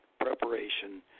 preparation